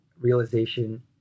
realization